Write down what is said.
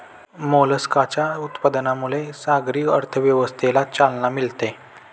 मोलस्काच्या उत्पादनामुळे सागरी अर्थव्यवस्थेला चालना मिळते